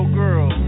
girl